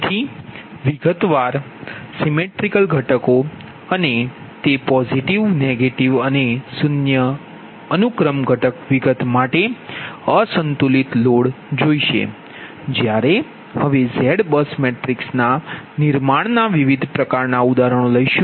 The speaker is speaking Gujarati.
તેથી વિગતવાર symmetrical components સિમેટ્રિકલ ઘટકો અને તે પોઝીટીવ નેગેટીવ અને શુન્ય અનુક્રમ ઘટક વિગત માટે અસંતુલિત લોડ જોશે જ્યારે હવે ZBUS મેટ્રિક્સના નિર્માણના વિવિધ પ્રકારનાં ઉદાહરણો લઇશુ